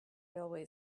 railway